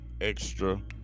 extra